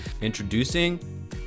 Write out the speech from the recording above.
Introducing